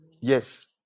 Yes